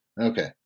Okay